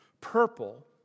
purple